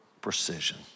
precision